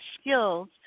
skills